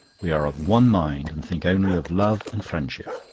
we are of one mind, and think only of love and friendship.